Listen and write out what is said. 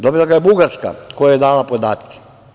Dobila ga je Bugarska koja je dala podatke.